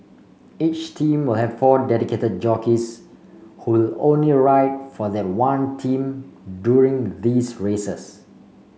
each team will have four dedicated jockeys who will only ride for that one team during these races